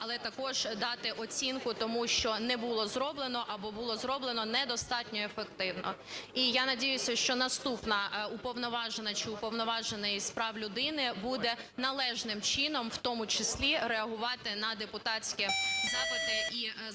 але також дати оцінку тому, що не було зроблено або було зроблено не достатньо ефективно. І я надіюся, що наступна Уповноважена чи Уповноважений з прав людини буде належним чином у тому числі реагувати на депутатські запити і звернення,